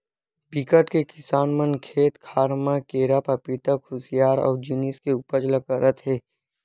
बिकट के किसान मन खेत खार म केरा, पपिता, खुसियार असन जिनिस के उपज ल करत हे